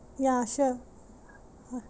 ya sure uh